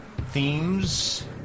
themes